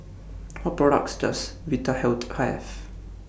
What products Does Vitahealth Have